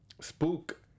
spook